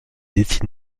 décide